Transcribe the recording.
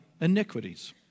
iniquities